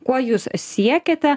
kuo jūs siekiate